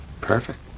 perfect